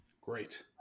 Great